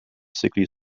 sickly